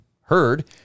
heard